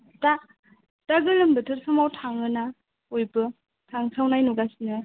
दा गोलोम बोथोर समाव थाङो ना बयबो थांसावनाय नुगासनो